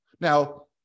Now